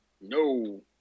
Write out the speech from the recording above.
No